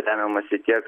remiamasi tiek